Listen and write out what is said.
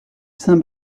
saint